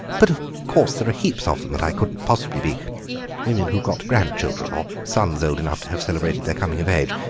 but, of course, there are heaps of them that i couldn't possibly be women who've got grandchildren or sons old enough to have celebrated their coming of age.